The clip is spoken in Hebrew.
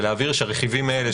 ולהבהיר שהרכיבים האלה,